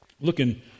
Looking